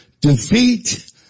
Defeat